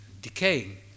decaying